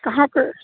کہاں پہ